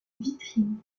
vitrine